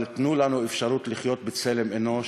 אבל תנו לנו אפשרות לחיות בצלם אנוש,